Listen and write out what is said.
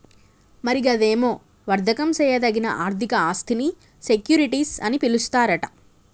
మరి గదేమో వర్దకం సేయదగిన ఆర్థిక ఆస్థినీ సెక్యూరిటీస్ అని పిలుస్తారట